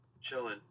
chilling